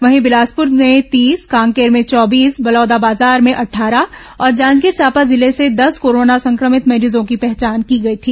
वहीं बिलासपुर में तीस कांकेर में चौबीस बलौदाबाजार में अट्ठारह और जांजगीर चांपा जिले से दस कोरोना संक्रमित मरीजों की पहचान की गई थी